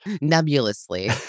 nebulously